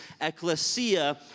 ecclesia